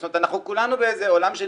זאת אומרת אנחנו כולנו באיזה עולם של